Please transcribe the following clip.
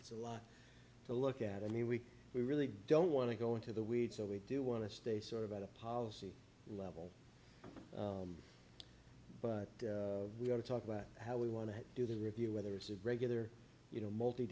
it's a lot to look at i mean we we really don't want to go into the weeds so we do want to stay sort of at a policy level but we have to talk about how we want to do the review whether it's a regular you know multi